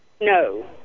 No